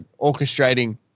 orchestrating